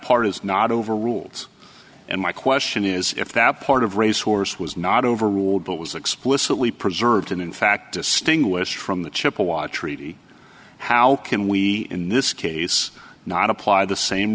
part is not over rules and my question is if that part of racehorse was not overruled but was explicitly preserved and in fact distinguished from the chippewa treaty how can we in this case not apply the same